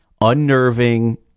unnerving